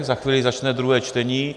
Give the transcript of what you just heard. Za chvíli začne druhé čtení.